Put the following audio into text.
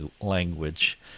language